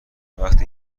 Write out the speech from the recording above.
وقتی